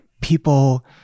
people